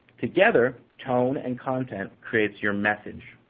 together, tone and content creates your message.